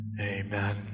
Amen